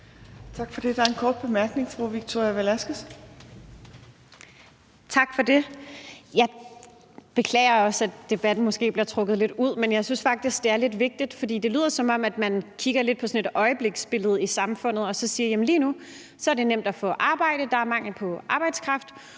Tak for det. Der er en kort bemærkning fra fru Victoria Velasquez. Kl. 15:34 Victoria Velasquez (EL): Tak for det. Jeg beklager også, at debatten måske bliver trukket lidt ud, men jeg synes faktisk, det er lidt vigtigt, for det lyder, som om man kigger lidt på sådan et øjebliksbillede i samfundet og så siger: Jamen lige nu er det nemt at få arbejde, for der er mangel på arbejdskraft,